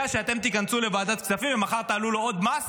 שאתם תיכנסו לוועדת כספים ומחר תעלו לו עוד מס,